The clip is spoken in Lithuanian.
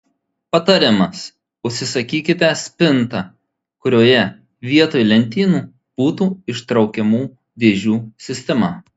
patarimas užsisakykite spintą kurioje vietoj lentynų būtų ištraukiamų dėžių sistema